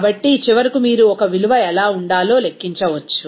కాబట్టి చివరకు మీరు ఒక విలువ ఎలా ఉండాలో లెక్కించవచ్చు